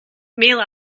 male